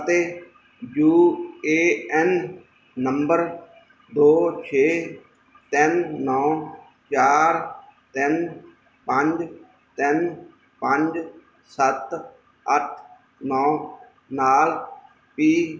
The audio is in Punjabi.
ਅਤੇ ਯੂ ਏ ਐਨ ਨੰਬਰ ਦੋ ਛੇ ਤਿੰਨ ਨੌਂ ਚਾਰ ਤਿੰਨ ਪੰਜ ਤਿੰਨ ਪੰਜ ਸੱਤ ਅੱਠ ਨੌਂ ਨਾਲ ਪੀ